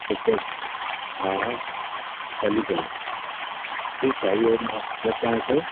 sector हा अलीगंज ठीकु आहे इहो मां मोकिलियांव थो